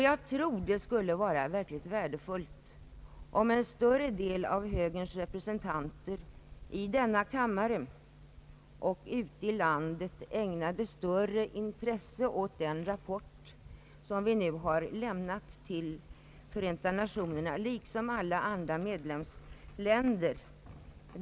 Jag tror att det skulle vara mycket värdefullt om en större del av högerns representanter i denna kammare och ute i landet ägnade mer intresse åt den rapport som vi nu har lämnat till Förenta Nationerna liksom alla andra medlemsländer.